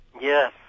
yes